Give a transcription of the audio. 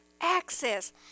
access